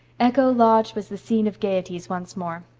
echo lodge was the scene of gaieties once more,